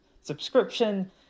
Subscription